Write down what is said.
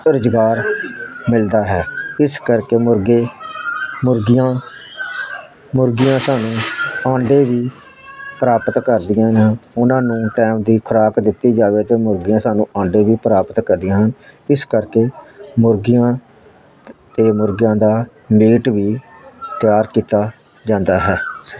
ਰੁਜ਼ਗਾਰ ਮਿਲਦਾ ਹੈ ਇਸ ਕਰਕੇ ਮੁਰਗੇ ਮੁਰਗੀਆਂ ਮੁਰਗੀਆਂ ਸਾਨੂੰ ਅੰਡੇ ਵੀ ਪ੍ਰਾਪਤ ਕਰਦੀਆਂ ਨੇ ਉਹਨਾਂ ਨੂੰ ਟਾਈਮ ਦੀ ਖੁਰਾਕ ਦਿੱਤੀ ਜਾਵੇ ਅਤੇ ਮੁਰਗੀਆਂ ਸਾਨੂੰ ਆਂਡੇ ਵੀ ਪ੍ਰਾਪਤ ਕਰਦੀਆਂ ਹਨ ਇਸ ਕਰਕੇ ਮੁਰਗੀਆਂ ਅਤੇ ਮੁਰਗਿਆਂ ਦਾ ਮੀਟ ਵੀ ਤਿਆਰ ਕੀਤਾ ਜਾਂਦਾ ਹੈ